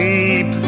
Deep